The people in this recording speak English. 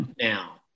now